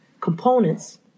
components